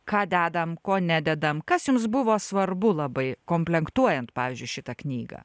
ką dedam ko nededam kas jums buvo svarbu labai komplenktuojant pavyzdžiui šitą knygą